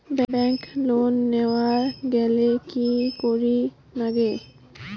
Bank loan নেওয়ার গেইলে কি করীর নাগে?